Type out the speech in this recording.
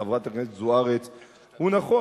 חברת הכנסת זוארץ הוא נכון.